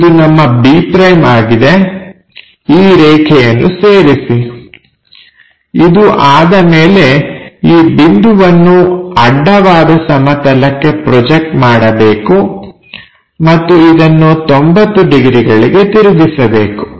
ಇದು ನಮ್ಮ b' ಆಗಿದೆ ಈ ರೇಖೆಯನ್ನು ಸೇರಿಸಿ ಇದು ಆದ ಮೇಲೆ ಈ ಬಿಂದುವನ್ನು ಅಡ್ಡವಾದ ಸಮತಲಕ್ಕೆ ಪ್ರೊಜೆಕ್ಟ್ ಮಾಡಬೇಕು ಮತ್ತು ಇದನ್ನು 90 ಡಿಗ್ರಿಗಳಿಗೆ ತಿರುಗಿಸಬೇಕು